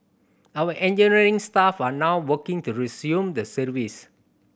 our engineering staff are now working to resume the service